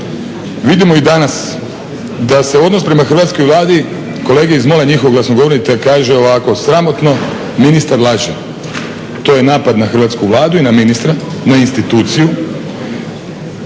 vidimo i danas da se odnos prema Hrvatskoj vladi, kolege iz MOL-a i njihov glasnogovornik kaže ovako: "Sramotno, ministar laže." To je napad na Hrvatsku vladu i na ministra, na instituciju.